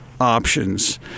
options